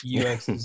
UX